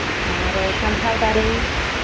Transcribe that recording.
ᱟᱨ ᱠᱟᱱᱴᱷᱟᱲ ᱫᱟᱨᱮ